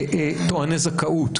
טועני זכאות.